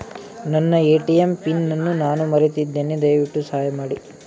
ನನ್ನ ATM PIN ಅನ್ನು ನಾನು ಮರೆತಿದ್ದೇನೆ, ದಯವಿಟ್ಟು ಸಹಾಯ ಮಾಡಿ